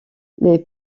les